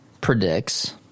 predicts